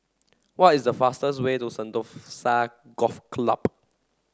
what is the fastest way to Sentosa Golf Club